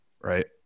right